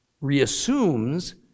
reassumes